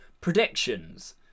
predictions